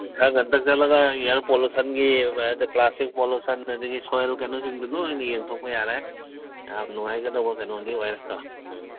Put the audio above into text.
ꯈꯔ ꯉꯟꯇꯛ ꯆꯠꯂꯒ ꯑꯦꯌꯥꯔ ꯄꯣꯂꯨꯁꯟꯒꯤ ꯑꯗ ꯄ꯭ꯂꯥꯁꯇꯤꯛ ꯄꯣꯂꯨꯁꯟ ꯑꯗꯒꯤ ꯁꯣꯏꯜ ꯀꯩꯅꯣꯁꯤꯡꯗꯨ ꯂꯣꯏꯅ ꯌꯦꯡꯊꯣꯛꯄ ꯌꯥꯔꯦ ꯌꯥꯝ ꯅꯨꯡꯉꯥꯏꯒꯗꯧꯕ ꯀꯩꯅꯣꯗꯤ ꯑꯣꯏꯔꯦꯀꯣ ꯎꯝ